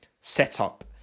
setup